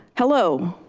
hello?